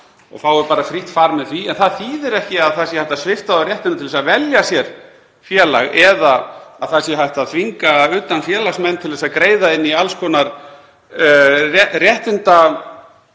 og fái bara frítt far með því. En það þýðir ekki að það sé hægt að svipta þá réttinum til að velja sér félag eða að það sé hægt að þvinga utanfélagsmenn til að greiða inn í alls konar réttindasjóði